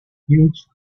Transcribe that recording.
huge